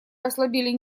ослабели